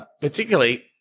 particularly